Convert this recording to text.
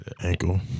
ankle